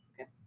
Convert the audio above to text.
Okay